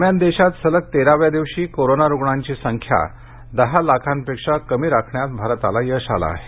दरम्यान देशात सलग तेराव्या दिवशी कोरोना रुग्णांची संख्या दहा लाखांपेक्षा कमी राखण्यात भारताला यश आलं आहे